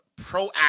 proactive